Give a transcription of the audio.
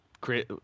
create